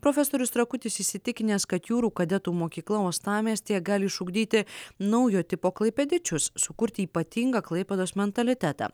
profesorius rakutis įsitikinęs kad jūrų kadetų mokykla uostamiestyje gali išugdyti naujo tipo klaipėdiečius sukurti ypatingą klaipėdos mentalitetą